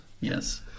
Yes